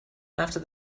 after